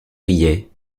riait